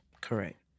Correct